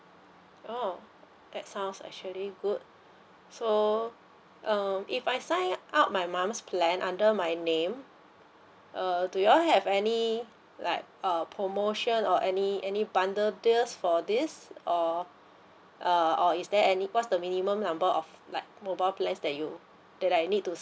oh that sounds actually good so um if I sign up my mom's plan under my name uh do you all have any like a promotion or any any bundle deals for this or uh or is there any what's the minimum number of like mobile plans that you that I need to